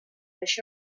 això